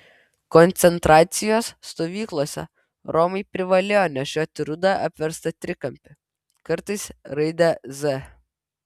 koncentracijos stovyklose romai privalėjo nešioti rudą apverstą trikampį kartais raidę z